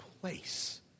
place